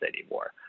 anymore